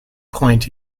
point